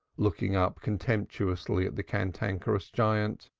looking up contemptuously at the cantankerous giant.